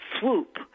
swoop